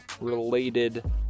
related